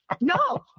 no